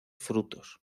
frutos